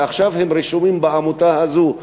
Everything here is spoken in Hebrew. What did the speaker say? שעכשיו הם רשומים בעמותה הזאת,